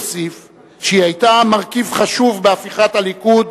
אוסיף שהיא היתה מרכיב חשוב בהפיכת הליכוד